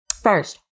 first